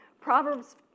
Proverbs